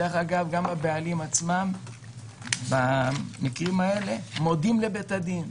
גם הבעלים עצמם במקרים האלה מודים לבית הדין.